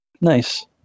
nice